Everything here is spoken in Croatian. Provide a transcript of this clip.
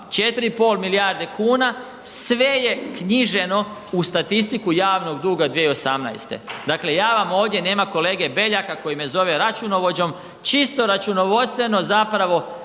4,5 milijarde kuna sve je knjiženo u statistiku javnog duga 2018. Dakle ja vam ovdje, nema kolege BEljaka koji me zove računovođom, čisto računovodstveno zapravo